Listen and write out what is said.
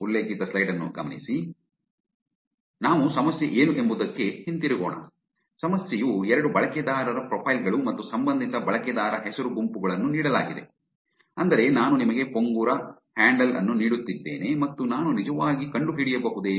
ಆದ್ದರಿಂದ ನಾವು ಸಮಸ್ಯೆ ಏನು ಎಂಬುದಕ್ಕೆ ಹಿಂತಿರುಗೋಣ ಸಮಸ್ಯೆಯು ಎರಡು ಬಳಕೆದಾರರ ಪ್ರೊಫೈಲ್ ಗಳು ಮತ್ತು ಸಂಬಂಧಿತ ಬಳಕೆದಾರ ಹೆಸರು ಗುಂಪುಗಳನ್ನು ನೀಡಲಾಗಿದೆ ಅಂದರೆ ನಾನು ನಿಮಗೆ ಪೊಂಗುರ ಹ್ಯಾಂಡಲ್ ಅನ್ನು ನೀಡುತ್ತಿದ್ದೇನೆ ಮತ್ತು ನಾನು ನಿಜವಾಗಿ ಕಂಡುಹಿಡಿಯಬಹುದೇ